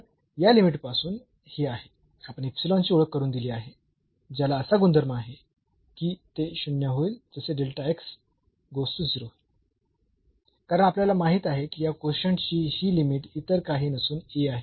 तर या लिमिट पासून हे आहे आपण इप्सिलॉन ची ओळख करून दिली आहे ज्याला असा गुणधर्म आहे की ते 0 होईल जसे होईल कारण आपल्याला माहीत आहे की या कोशंट ची ही लिमिट इतर काही नसून A आहे